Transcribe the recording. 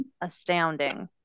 astounding